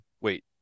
Wait